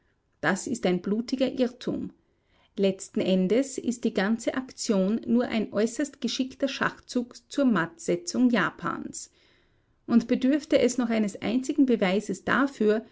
das ist ein blutiger irrtum letzten endes ist die ganze aktion nur ein äußerst geschickter schachzug zur mattsetzung japans und bedürfte es noch eines einzigen beweises dafür